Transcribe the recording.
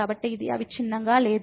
కాబట్టి ఇది అవిచ్ఛిన్నంగా లేదు